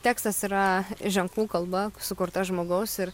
tekstas yra ženklų kalba sukurta žmogaus ir